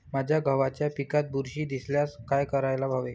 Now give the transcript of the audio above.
माझ्या गव्हाच्या पिकात बुरशी दिसल्यास काय करायला हवे?